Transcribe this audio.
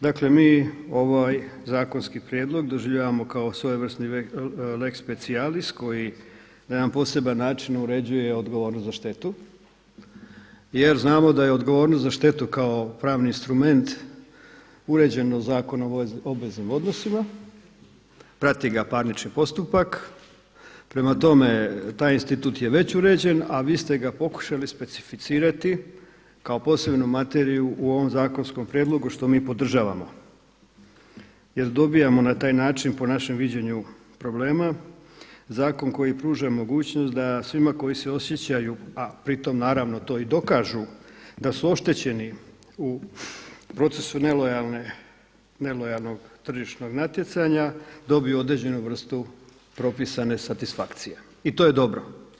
Dakle, mi ovaj zakonski prijedlog doživljavamo kao svojevrsni lex specialis koji na jedan poseban način uređuje odgovornost za štetu jer znamo da je odgovornost za štetu kao pravni instrument uređen Zakon o obveznim odnosima prati ga parnični postupak, prema tome taj institut je već uređen, a vi ste ga pokušali specificirati kao posebnu materiju u ovom zakonskom prijedlogu što mi podržavamo jel dobijamo na taj način po našem viđenju problema zakon koji pruža mogućnost da svima koji se osjećaju, a pri tom naravno to i dokažu da su oštećeni u procesu nelojalnog tržišnog natjecanja, dobiju određenu vrstu propisane satisfakcije i to je dobro.